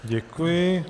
Děkuji.